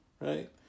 Right